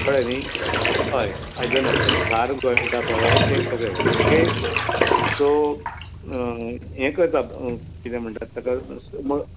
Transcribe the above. कळ्ळें न्ही हय आयदन आसता ती धार गळटा पळय तें सगळें ओके सो हें करतात कितें म्हणटात ताका